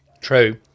True